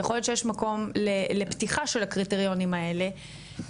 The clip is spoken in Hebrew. יכול להיות שיש מקום לפתיחה של הקריטריונים האלה,